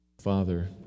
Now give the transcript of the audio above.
Father